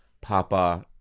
Papa